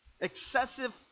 Excessive